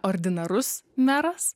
ordinarus meras